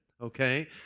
okay